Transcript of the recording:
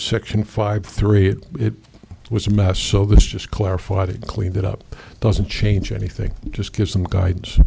section five three it was a mess so this just clarified it cleaned it up doesn't change anything just give some guidance